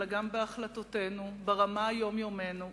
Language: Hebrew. אלא גם בהחלטותינו ברמה היומיומית,